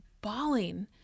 bawling